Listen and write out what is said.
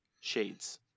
Shades